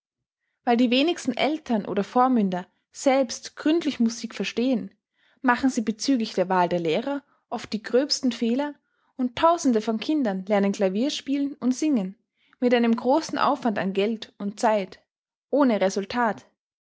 weil die wenigsten eltern oder vormünder selbst gründlich musik verstehen machen sie bezüglich der wahl der lehrer oft die gröbsten fehler und tausende von kindern lernen klavier spielen und singen mit einem großen aufwand an geld und zeit ohne resultat